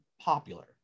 popular